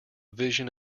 vision